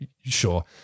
sure